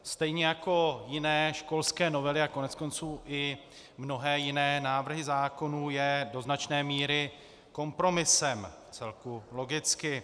Stejně jako jiné školské novely a koneckonců i mnohé jiné návrhy zákonů je do značné míry kompromisem, vcelku logicky.